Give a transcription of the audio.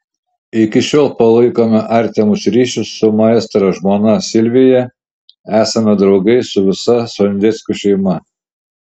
iki šiol palaikome artimus ryšius su maestro žmona silvija esame draugai su visa sondeckių šeima